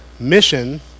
Mission